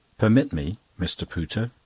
permit me, mr. pooter,